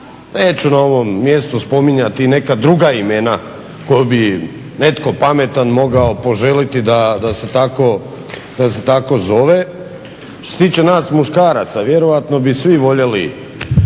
Neću na ovom mjestu spominjati i neka druga imena koji bi netko pametan mogao poželiti da se tako zove. Što se tiče nas muškaraca vjerojatno bi svi voljeli